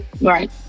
Right